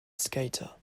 skater